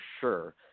sure